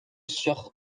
sur